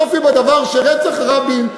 היופי בדבר שרצח רבין,